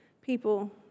people